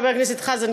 חבר הכנסת חזן,